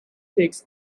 takes